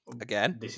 Again